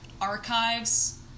archives